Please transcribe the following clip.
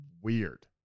weird